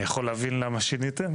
אני יכול להבין למה שיניתם.